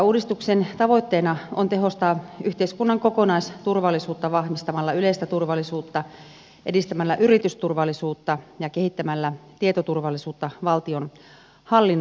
uudistuksen tavoitteena on tehostaa yhteiskunnan kokonaisturvallisuutta vahvistamalla yleistä turvallisuutta edistämällä yritysturvallisuutta ja kehittämällä tietoturvallisuutta valtionhallinnossa